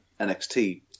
NXT